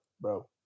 bro